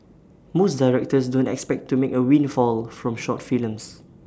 most directors don't expect to make A windfall from short films